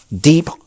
deep